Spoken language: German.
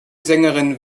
sängerin